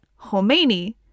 Khomeini